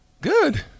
Good